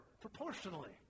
proportionally